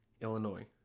Illinois